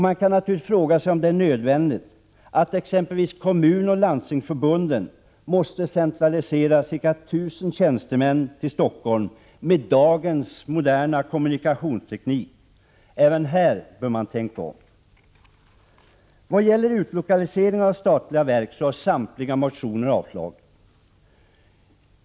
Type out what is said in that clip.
Man kan naturligtvis fråga sig om det med dagens moderna kommunikationsteknik är nödvändigt att exempelvis Kommunförbundet och Landstingsförbundet måste centralisera ca 1 000 tjänstemän till Stockholm. Även här bör man tänka om. Samtliga motioner om utlokalisering av statliga verk har avstyrkts.